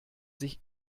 sich